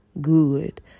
good